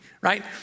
right